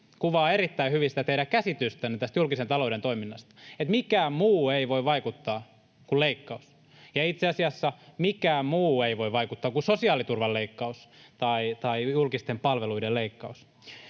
kuvaa erittäin hyvin teidän käsitystänne julkisen talouden toiminnasta, että mikään muu ei voi vaikuttaa kuin leikkaus, ja itse asiassa mikään muu ei voi vaikuttaa kuin sosiaaliturvan leikkaus tai julkisten palveluiden leikkaus.